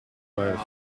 wire